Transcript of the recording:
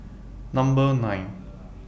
Number nine